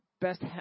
best